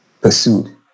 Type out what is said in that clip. pursued